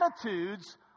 Attitudes